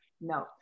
no